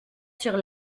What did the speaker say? sur